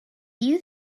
you